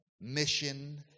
mission